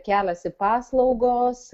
keliasi paslaugos